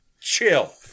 chill